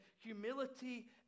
humility